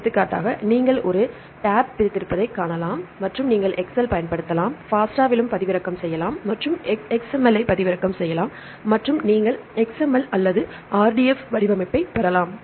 எடுத்துக்காட்டாக நீங்கள் ஒரு டாப் பிரித்திருப்பதைக் காணலாம் மற்றும் நீங்கள் எக்செல் பயன்படுத்தலாம் FASTA விலும் பதிவிறக்கம் செய்யலாம் மற்றும் நீங்கள் XML லைப் பதிவிறக்கம் செய்யலாம் மற்றும் நீங்கள் XML அல்லது RDF வடிவமைப்பைப் பெறலாம்